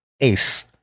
Ace